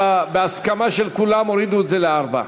בהסכמה של כולם הורידו את זה לארבע.